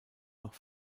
noch